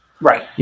Right